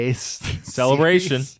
celebration